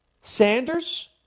Sanders